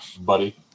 buddy